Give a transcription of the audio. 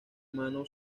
mano